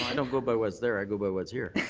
i don't go by what's there, i go by what's here.